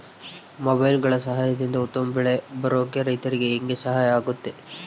ಮೊಬೈಲುಗಳ ಸಹಾಯದಿಂದ ಉತ್ತಮ ಬೆಳೆ ಬರೋಕೆ ರೈತರಿಗೆ ಹೆಂಗೆ ಸಹಾಯ ಆಗುತ್ತೆ?